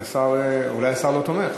אולי השר לא תומך.